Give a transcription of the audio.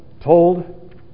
told